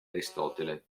aristotele